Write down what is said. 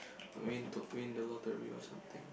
I mean to~ win the lottery or something